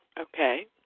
Okay